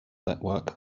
network